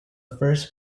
first